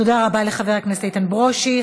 תודה רבה לחבר הכנסת איתן ברושי.